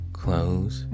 close